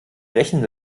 rechnen